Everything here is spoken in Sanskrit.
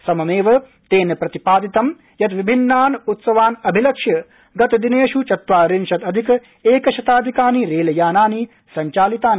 सममेव तेन प्रतिपादितं यत् विभिन्नान् उत्सवान् अभिलक्ष्य गतिदिनेष् चत्वारिशदधिक एकशाताधिकानि रेलयानानि सब्चालितानि